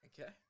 Okay